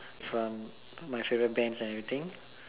from my favourite bands and everything